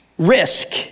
Risk